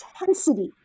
intensity